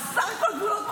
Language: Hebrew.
חסר כל גבולות,